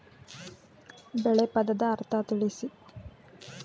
ಬೆಳೆ ಪದದ ಅರ್ಥ ತಿಳಿಸಿ?